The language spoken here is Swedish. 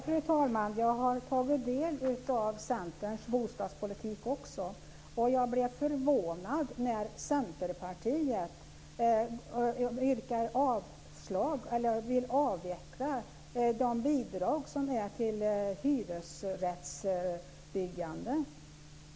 Fru talman! Jag har också tagit del av Centerns bostadspolitik. Jag blir förvånad när Centerpartiet vill avveckla bidragen till hyresrättsbyggande.